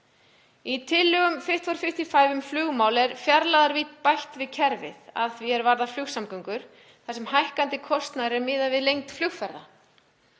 Í tillögum „Fit for 55“ um flugmál er fjarlægðarvídd bætt við kerfið að því er varðar flugsamgöngur þar sem hækkandi kostnaður er miðaður við lengd flugferða.